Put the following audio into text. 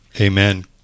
amen